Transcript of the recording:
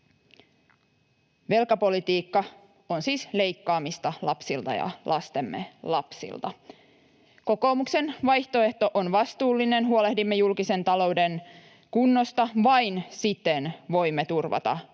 Velkapolitiikka on siis leikkaamista lapsilta ja lastemme lapsilta. Kokoomuksen vaihtoehto on vastuullinen. Huolehdimme julkisen talouden kunnosta. Vain siten voimme turvata valoisan